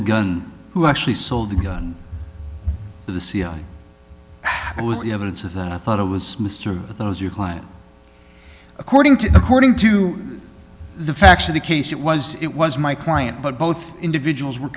the gun who actually sold the gun to the c i it was the evidence of that i thought it was mr those your client according to according to the facts of the case it was it was my client but both individuals were